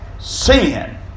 sin